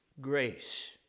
grace